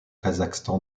kazakhstan